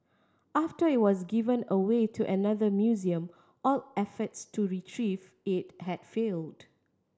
after it was given away to another museum all efforts to retrieve it had failed